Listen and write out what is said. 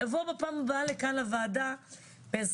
תבואו בפעם הבאה לכאן לוועדה בע"ה,